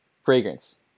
Fragrance